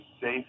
safe